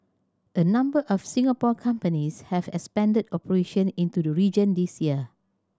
a number of Singapore companies have expanded operation into the region this year